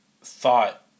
thought